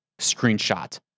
screenshot